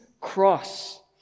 cross